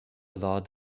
lot